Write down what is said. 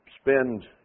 spend